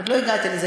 עוד לא הגעתי לזה.